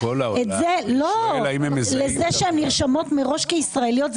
זה שהן נרשמות מראש כישראליות,